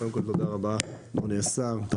קודם כל תודה רבה אדוני השר, יושב הראש.